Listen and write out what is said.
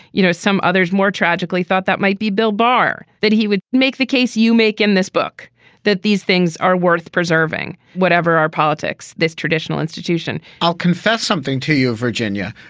you know, some others more tragically thought that might be bill barr, that he would make the case you make in this book that these things are worth preserving, whatever our politics, this traditional institution i'll confess something to you. virginia,